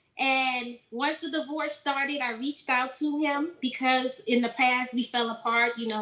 and once the divorce started, i reached out to him, because in the past we fell apart, you know